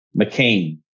McCain